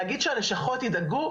להגיד שהלשכות ידאגו?